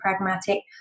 pragmatic